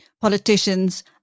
politicians